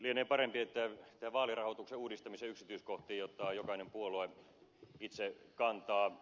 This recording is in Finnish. lienee parempi että vaalirahoituksen uudistamisen yksityiskohtiin ottaa jokainen puolue itse kantaa